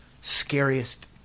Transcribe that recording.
scariest